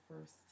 first